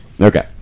Okay